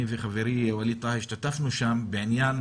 אני וחברי ווליד טאהא השתתפנו בדיון בעניין